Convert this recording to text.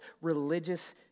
religious